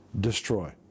destroy